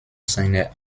seiner